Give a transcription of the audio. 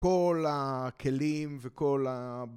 כל הכלים וכל ה...